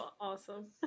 awesome